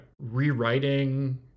rewriting